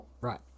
Right